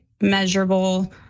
measurable